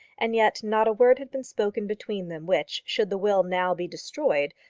and yet not a word had been spoken between them which, should the will now be destroyed,